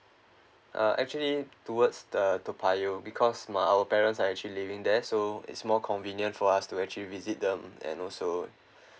uh actually towards the toa payoh because my our parents are actually living there so it's more convenient for us to actually visit them and also